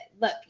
Look